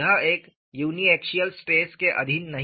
यह एक uniaxial stress के अधीन नहीं है